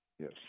Yes